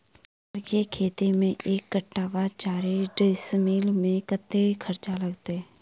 टमाटर केँ खेती मे एक कट्ठा वा चारि डीसमील मे कतेक खर्च लागत?